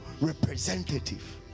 representative